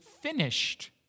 finished